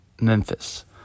Memphis